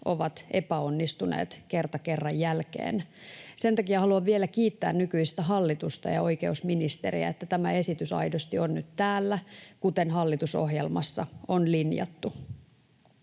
ovat epäonnistuneet kerta kerran jälkeen. Sen takia haluan vielä kiittää nykyistä hallitusta ja oikeusministeriä, että tämä esitys aidosti on nyt täällä, kuten hallitusohjelmassa on linjattu.